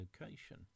location